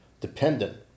dependent